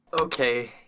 Okay